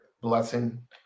blessing